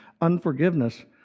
unforgiveness